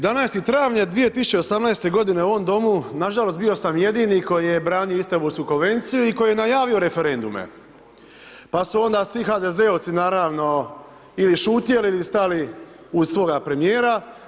11. travnja 2018. godine u ovom Domu nažalost bio sam jedini koji je branio Istanbulsku konvenciju i koji je najavio referendume pa su onda svi HDZ-ovci naravno ili šutjeli ili stali uz svoga premijera.